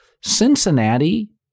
Cincinnati